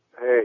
Hey